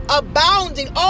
abounding